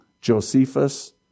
Josephus